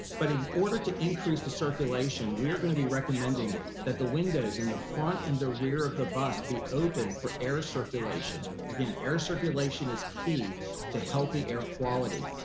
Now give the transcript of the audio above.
but in order to increase the circulation, we are gonna be recommending that the windows in the front and the rear of the bus be open for air circulation. again, air circulation is key to healthy air quality,